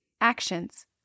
Actions